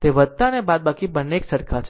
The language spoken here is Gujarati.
તે અને બાદબાકી બંને એક સરખા છે